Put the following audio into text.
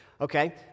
okay